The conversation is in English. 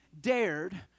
dared